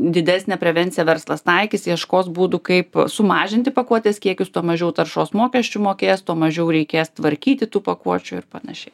didesnę prevenciją verslas taikys ieškos būdų kaip sumažinti pakuotės kiekius tuo mažiau taršos mokesčių mokės tuo mažiau reikės tvarkyti tų pakuočių ir panašiai